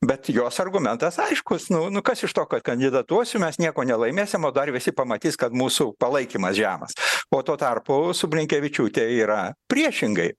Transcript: bet jos argumentas aiškus nu nu kas iš to kad kandidatuosiu mes nieko nelaimėsim o dar visi pamatys kad mūsų palaikymas žemas o tuo tarpu su blinkevičiūte yra priešingai